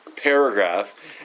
paragraph